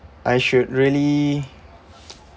I should really